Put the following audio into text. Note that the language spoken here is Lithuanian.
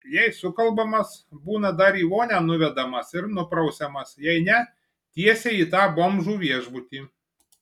jei sukalbamas būna dar į vonią nuvedamas ir nuprausiamas jei ne tiesiai į tą bomžų viešbutį